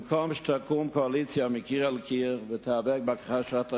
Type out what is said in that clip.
במקום שתקום קואליציה מקיר לקיר ותיאבק בהכחשת השואה,